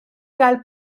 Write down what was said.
gael